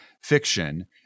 fiction